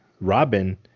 Robin